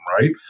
right